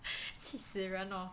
气死人 hor